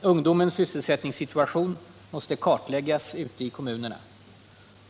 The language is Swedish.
Ungdomens sysselsättningssituation måste kartläggas ute i kommunerna.